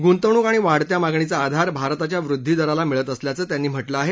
गृंतवणुक आणि वाढत्या मागणीचा आधार भारताच्या वृद्धी दराला मिळत असल्याचं त्यांनी म्हटलं आहे